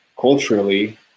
Culturally